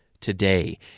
today